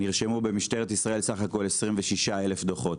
נרשמו במשטרת ישראל 26 אלף דוחות.